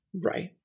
Right